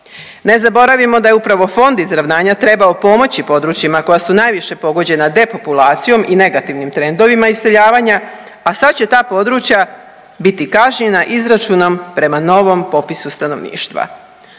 Ne zaboravimo da je upravo Fond izravnanja trebao pomoći područjima koja su najviše pogođena depopulacijom i negativnim trendovima iseljavanja, a sad će ta područja biti kažnjena izračunom prema novom popisu stanovništva.